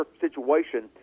situation –